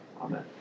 Amen